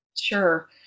Sure